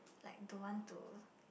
like don't want to